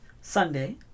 Sunday